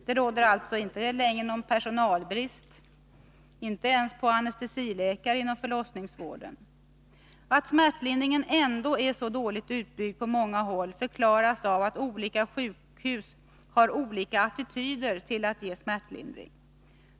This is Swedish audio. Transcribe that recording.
Det råder alltså inte längre någon personalbrist, inte ens på anestesiläkare, inom förlossningsvården. Att smärtlindringen ändå är så dåligt utbyggd på många håll förklaras av att olika sjukhus har olika attityder till att ge smärtlindring.